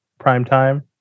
primetime